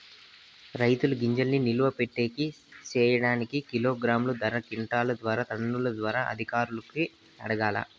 రైతుల గింజల్ని నిలువ పెట్టేకి సేయడానికి కిలోగ్రామ్ ధర, క్వింటాలు ధర, టన్నుల ధరలు అధికారులను అడగాలా?